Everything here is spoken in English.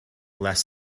less